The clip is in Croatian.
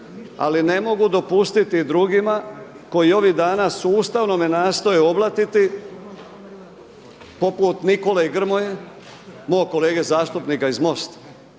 Ali ne mogu dopustiti drugima koji ovih danas sustavno me nastoje oblatiti poput Nikole Grmoje, mog kolege zastupnika iz MOST-a.